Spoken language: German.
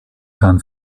kann